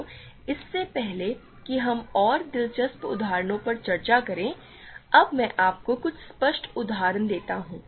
तो इससे पहले कि हम और दिलचस्प उदाहरणों पर चर्चा करें अब मैं आपको कुछ स्पष्ट उदाहरण देता हूं